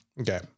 Okay